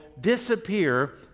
disappear